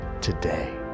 today